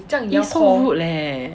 it's so rude leh